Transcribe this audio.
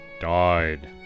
died